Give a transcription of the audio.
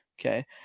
okay